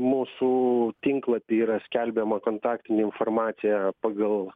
mūsų tinklapy yra skelbiama kontaktinė informacija pagal